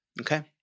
Okay